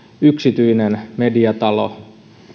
yksityinen mediatalo